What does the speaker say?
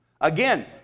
Again